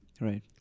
Right